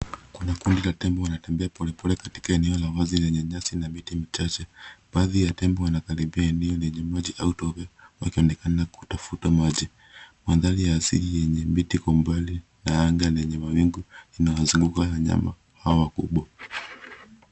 Kuna kundi la tembo wanatembea polepole katika eneo la wazi lenye nyasi na miti michache. Baadhi ya tembo wanakaribia eneo lenye maji au tope wakionekana kutafuta maji. Mandhari ya asili yenye miti kwa umbali na anga lenye mawingu inawazunguka wanyama hao wakubwa.